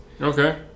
Okay